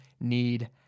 need